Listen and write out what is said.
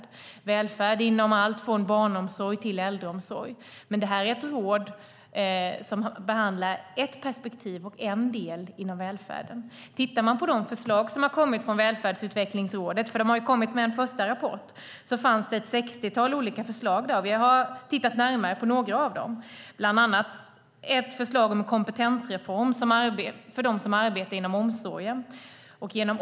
Det handlar om välfärd inom allt från barnomsorg till äldreomsorg. Men detta är ett råd som behandlar ett perspektiv och en del inom välfärden. Om man tittar på de förslag som har kommit från Välfärdsutvecklingsrådet - rådet har kommit med en första rapport - ser man att det finns ett sextiotal olika. Vi har tittat närmare på några av dem. Bland annat finns det ett förslag om kompetensreform för dem som arbetar inom omsorgen.